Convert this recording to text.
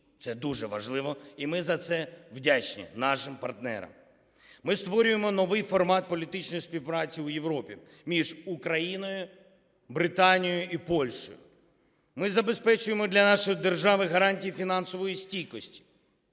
Це дуже важливо і ми за це вдячні нашим партнерам. Ми створюємо новий формат політичної співпраці у Європі між Україною, Британією і Польщею. Ми забезпечуємо для нашої держави гарантії фінансової стійкості,